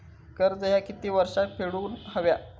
कर्ज ह्या किती वर्षात फेडून हव्या?